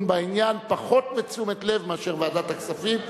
בעניין פחות בתשומת לב מאשר ועדת הכספים.